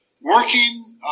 working